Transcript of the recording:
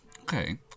Okay